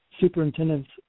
superintendents